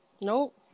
Nope